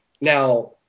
Now